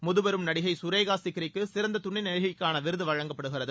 முதுபெரும் நடிகை கரேகா சிக்கிரிக்கு சிறந்த துணை நடிகைக்கான விருது வழங்கப்படுகிறது